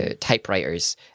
typewriters